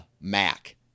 Mac